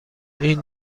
این